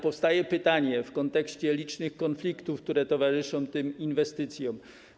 Powstaje jednak pytanie w kontekście licznych konfliktów, które towarzyszą tym inwestycjom.